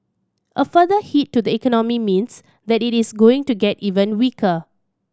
a further hit to the economy means that it is going to get even weaker